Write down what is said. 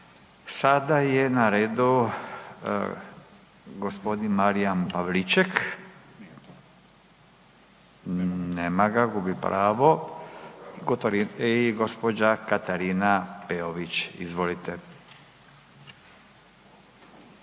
Sada je na redu g. Marijan Pavliček, nema ga, gubi pravo i gđa. Katarina Peović, izvolite.